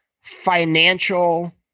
financial